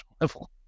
level